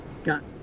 Got